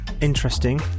Interesting